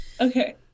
Okay